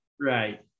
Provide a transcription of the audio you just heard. right